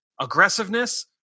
aggressiveness